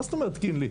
מה זאת אומרת קינלי?